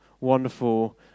wonderful